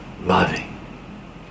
loving